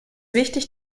wichtig